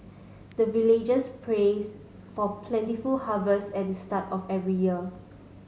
the villagers prays for plentiful harvest at the start of every year